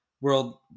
world